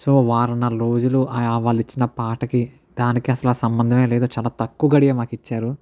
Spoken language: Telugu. సో వారంన్నర రోజులు ఆ వాళ్ళు ఇచ్చిన పాటకి దానికి అసలు సంబంధమే లేదు చాలా తక్కువ గడియ మాకు ఇచ్చారు